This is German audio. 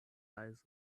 reise